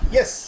Yes